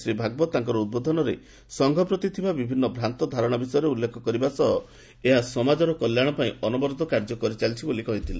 ଶ୍ରୀ ଭାଗବତ ତାଙ୍କର ଉଦ୍ବୋଧନରେ ସଂଘ ପ୍ରତି ଥିବା ବିଭିନ୍ନ ଭ୍ରାନ୍ତଧାରଣା ବିଷୟରେ ଉଲ୍ଲେଖ କରିବା ସହ ଏହା ସମାଜର କଲ୍ୟାଣ ପାଇଁ ଅନବରତ କାର୍ଯ୍ୟ କରି ଚାଲିଛି ବୋଲି କହିଥିଲେ